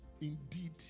indeed